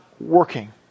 working